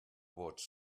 vots